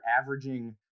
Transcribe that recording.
averaging